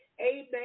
Amen